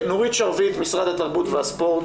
נורית שרביט, משרד התרבות והספורט